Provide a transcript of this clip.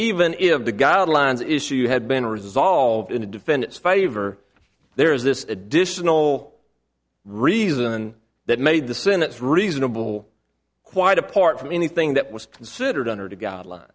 even if the guidelines issue had been resolved in the defendant's favor there is this additional reason that made the senate's reasonable quite apart from anything that was considered under the guidelines